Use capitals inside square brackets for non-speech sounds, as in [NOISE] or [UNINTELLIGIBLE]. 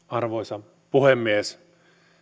[UNINTELLIGIBLE] arvoisa puhemies